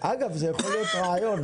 אגב, זה יכול להיות רעיון,